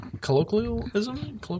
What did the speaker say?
colloquialism